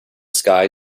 sky